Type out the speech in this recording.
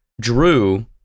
drew